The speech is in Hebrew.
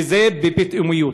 וזה בפתאומיות.